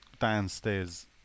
downstairs